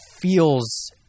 feels